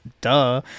duh